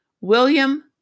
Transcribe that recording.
William